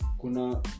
Kuna